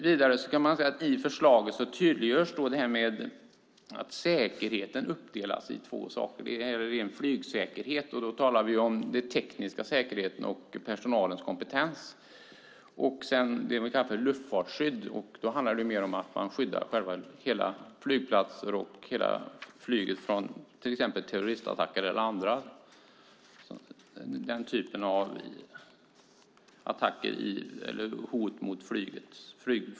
I förslaget tydliggörs detta med att säkerheten uppdelas i två delar. Dels gäller det ren flygsäkerhet. Det handlar då om den tekniska säkerheten och personalens kompetens. Dels gäller det luftfartsskydd som mer handlar om att skydda hela flygplatser, ja, hela flyget, från exempelvis terroristattacker och den typen av hot mot flyget.